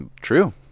True